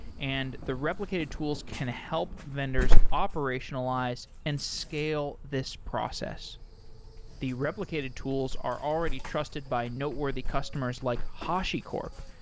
and the replicated tools can help vendors operationalize and scale this process the replicated tools are already trusted by noteworthy customers like hashicorp,